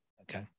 Okay